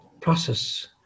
process